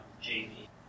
Jamie